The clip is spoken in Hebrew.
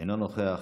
אינו נוכח.